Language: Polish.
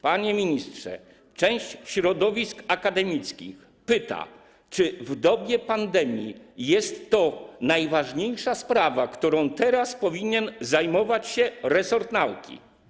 Panie ministrze, część środowisk akademickich pyta, czy w dobie pandemii jest to najważniejsza sprawa, którą teraz powinien zajmować się resort nauki.